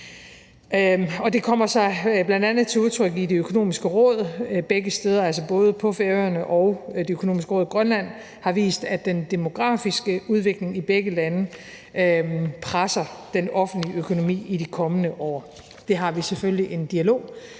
Det kommer bl.a. til udtryk i Det Økonomiske Råd, begge steder, altså både på Færøerne og Det Økonomiske Råd i Grønland, og det har vist, at den demografiske udvikling i begge lande presser den offentlige økonomi i de kommende år. Det har vi selvfølgelig en dialog